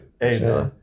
Hey